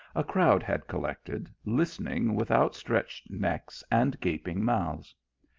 a crowd had collected, listening with outstretched necks and gaping mouths.